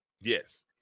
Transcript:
Yes